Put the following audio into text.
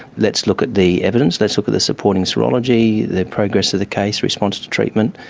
let's look at the evidence, let's look at the supporting serology, the progress of the case, response to treatment.